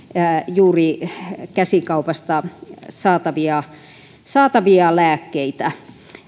juuri käsikaupasta saatavia saatavia lääkkeitä